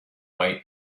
wait